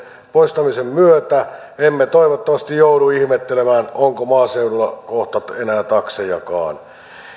poistamisen myötä emme toivottavasti joudu ihmettelemään onko maaseudulla kohta enää taksejakaan